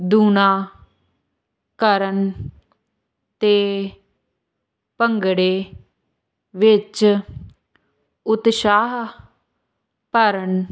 ਦੂਣਾ ਕਰਨ 'ਤੇ ਭੰਗੜੇ ਵਿੱਚ ਉਤਸ਼ਾਹ ਭਰਨ